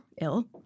ill